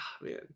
man